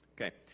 Okay